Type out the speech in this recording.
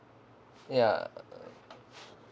ya